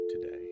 today